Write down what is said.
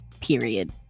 period